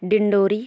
Dindori